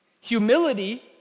Humility